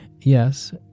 yes